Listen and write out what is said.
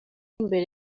imbere